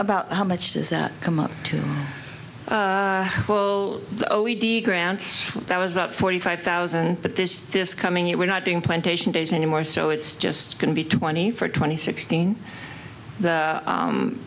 about how much does that come up to the o e d grants that was about forty five thousand but this this coming year we're not doing plantation days anymore so it's just going to be twenty for twenty sixteen